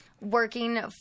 working